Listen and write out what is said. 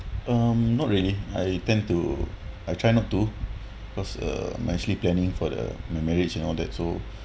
um not really I tend to I try not to cause uh my actually planning for the marriage and all that so